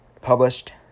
published